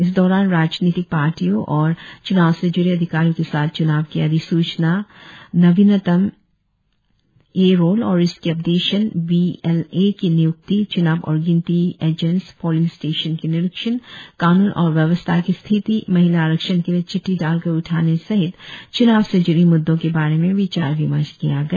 इस दौरान राजनीतिक पार्टियों और च्नाव से ज्डे अधिकारियों के साथ च्नाव की अधिसूचना नवीनतम एरोल और इसके अपडेशन बीएलए की निय्क्ति च्नाव और गीनती एजेंट्स पोलिंग स्टेशन की निरीक्षण कानून और व्यवस्था की स्थिति महिला आरक्षण के लिए चिट्टी डालकर उठाने सहित च्नाव से जूड़ी मुद्दों के बारे में विचार विमर्श किया गया